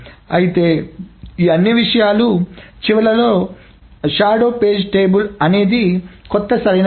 అయితే ఈ అన్ని విషయాల చివరలో షాడో పేజీ టేబుల్ అనేది కొత్త సరైన విషయం